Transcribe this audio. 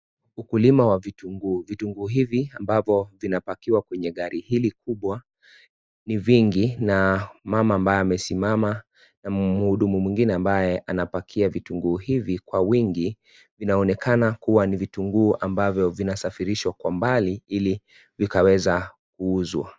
Ukulima wa vitunguu, Vitunguu hivi ambavyo vinapakiwa kwenye gari hili kubwa ni vingi, na mama ambaye amesimama na mhudumu mwingine ambaye anapakia vitunguu hivi kwa wingi, vinaonekana kuwa ni vitunguu ambavyo vinasafirishwa kwa mbali ili vikaweza kuuzwa.